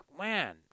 man